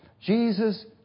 Jesus